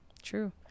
true